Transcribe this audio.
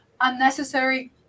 unnecessary